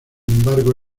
embargo